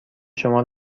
شما